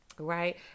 right